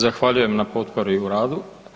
Zahvaljujem na potpori u radu.